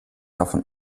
davon